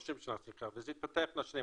30 שנה, סליחה, וזה התפתח עם השנים.